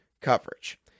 coverage